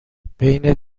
بین